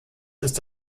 ist